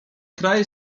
kraj